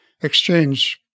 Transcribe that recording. exchange